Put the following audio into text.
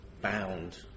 bound